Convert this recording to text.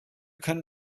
können